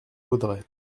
vaudrey